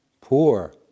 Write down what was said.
poor